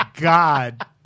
god